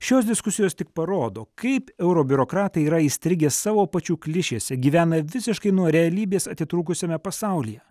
šios diskusijos tik parodo kaip euro biurokratai yra įstrigę savo pačių klišėse gyvena visiškai nuo realybės atitrūkusiame pasaulyje